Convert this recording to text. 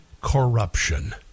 corruption